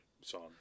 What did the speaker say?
song